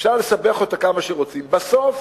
אפשר לסבך אותה כמה שרוצים, בסוף